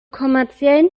kommerziellen